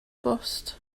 bost